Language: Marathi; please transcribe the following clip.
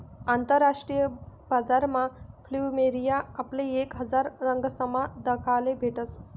आंतरराष्ट्रीय बजारमा फ्लुमेरिया आपले एक हजार रंगसमा दखाले भेटस